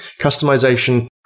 Customization